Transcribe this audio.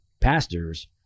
pastors